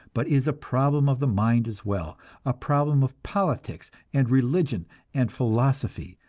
but is a problem of the mind as well a problem of politics and religion and philosophy,